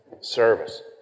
Service